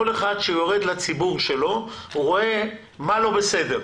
כל אחד שיורד לציבור שלו, הוא רואה מה לא בסדר.